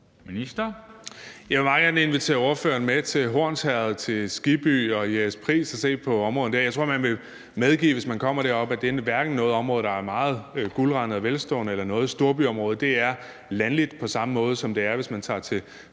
Jeg vil meget gerne invitere spørgeren med til Hornsherred, til Skibby og Jægerspris, for at se på områderne der. Jeg tror, man vil medgive, hvis man kommer derop, at det hverken er et område, der er meget guldrandet og velstående eller noget storbyområde – det er landligt på samme måde, som det er, hvis man tager til